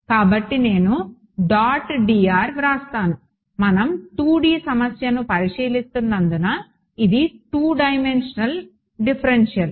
కాబట్టి నేను dot dr వ్రాసాను మనం 2D సమస్యను పరిశీలిస్తున్నందున ఇది టూ డైమెన్షనల్ డిఫరెన్షియల్